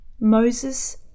Moses